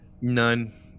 none